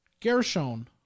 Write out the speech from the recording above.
Gershon